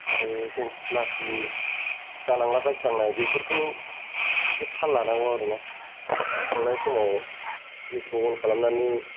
आरो जों खुला खुलि गालांलाबायफ्लांनाय बेफोरखौ एसे थाल लानांगौ आरो ना संनाय समाव गेसखौ अन खालामनानै